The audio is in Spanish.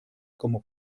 como